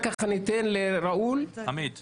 ואחר כך מוסי רז, ואך כך אני אתן לראול לדבר.